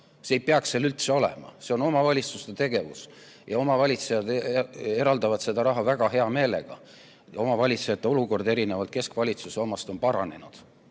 See ei peaks seal üldse olema, see on omavalitsuste tegevus ja omavalitsejad eraldavad seda raha väga hea meelega. Omavalitsejate olukord erinevalt keskvalitsuse omast on paranenud